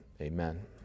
Amen